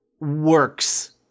works